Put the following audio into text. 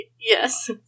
Yes